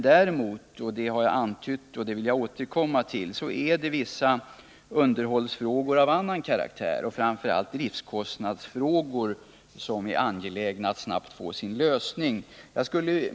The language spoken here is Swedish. Däremot -— det har jag antytt tidigare men vill gärna återkomma till det — finns det vissa underhållsfrågor av annan karaktär, framför allt driftkostnadsfrågor, som det är angeläget att lösa snart.